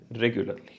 regularly